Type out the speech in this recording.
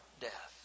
death